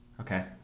Okay